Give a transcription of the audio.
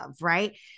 right